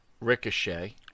Ricochet